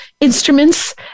instruments